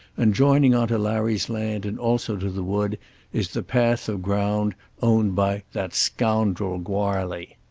and joining on to larry's land and also to the wood is the patch of ground owned by that scoundrel goarly.